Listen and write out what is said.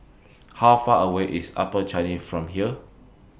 How Far away IS Upper Changi from here